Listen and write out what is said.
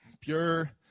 pure